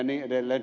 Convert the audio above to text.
ja niin edelleen